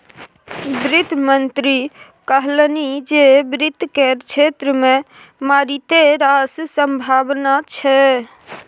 वित्त मंत्री कहलनि जे वित्त केर क्षेत्र मे मारिते रास संभाबना छै